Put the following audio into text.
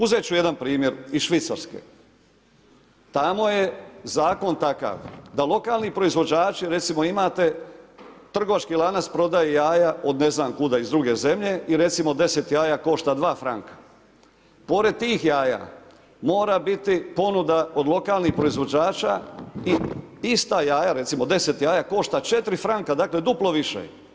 Uzet ću jedan primjer iz Švicarske, tamo je zakon takav da lokalni proizvođači recimo imate trgovački lanac prodaje jaja od ne znam kuda iz druge zemlje i recimo deset jaja košta dva franka, pored tih jaja mora biti ponuda od lokalnih proizvođača i ista jaja recimo deset jaja košta četiri franka, dakle duplo više.